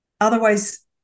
Otherwise